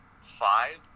five